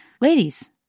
Ladies